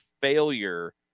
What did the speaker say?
failure